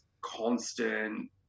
constant